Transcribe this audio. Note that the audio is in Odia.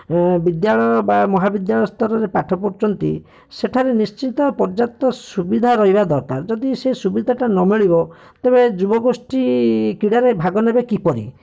ବିଦ୍ୟାଳୟ ବା ମହାବିଦ୍ୟାଳୟ ସ୍ତରରେ ପାଠ ପଢ଼ୁଛନ୍ତି ସେଠାରେ ନିଶ୍ଚିତ ପର୍ଯ୍ୟାପ୍ତ ସୁବିଧା ରହିବା ଦରକାର ଯଦି ସେ ସୁବିଧାଟା ନ ମିଳିବ ତେବେ ଯୁବଗୋଷ୍ଠି କ୍ରୀଡ଼ାରେ ଭାଗ ନେବେ କିପରି